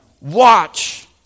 watch